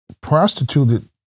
prostituted